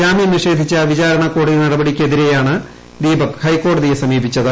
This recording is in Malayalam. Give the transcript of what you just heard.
ജാമ്യം നിഷേധിച്ച വിചാരണ കോടതി നടപടിക്കെതിരെയാണ് ദീപക് ഹൈക്കോടതിയെ സമീപിച്ചത്